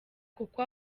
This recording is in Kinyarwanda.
kuko